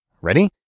Ready